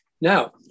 now